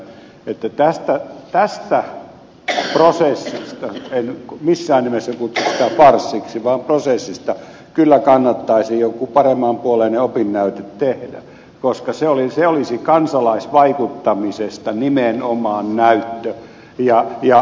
hoskoselle kommenttina että tätä prosessia en missään nimessä kutsuisi farssiksi vaan prosessista kyllä kannattaisi joku paremmanpuoleinen opinnäyte tehdä koska se olisi nimenomaan näyttö kansalaisvaikuttamisesta